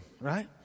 right